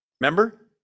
Remember